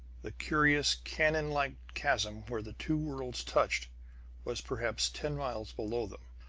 the curious, canonlike chasm where the two worlds touched was perhaps ten miles below them.